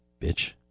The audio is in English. bitch